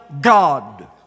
God